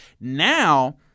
Now